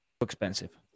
expensive